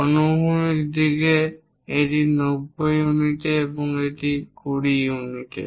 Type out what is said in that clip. অনুভূমিক দিকে এটি 90 ইউনিটে এবং এটি 20 ইউনিটে